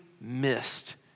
missed